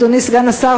אדוני סגן השר,